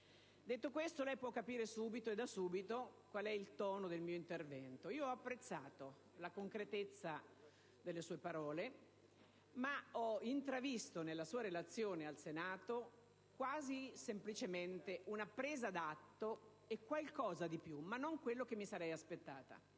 Detto questo, si comprende da subito il tono del mio intervento. Ho apprezzato la concretezza delle sue parole, ma ho intravisto nella sua relazione al Senato quasi semplicemente una presa d'atto, e qualcosa di più, ma non quello che mi sarei aspettata.